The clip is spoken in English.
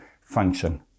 function